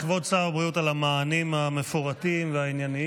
תודה רבה לכבוד שר הבריאות על המענים המפורטים והענייניים.